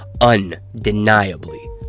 undeniably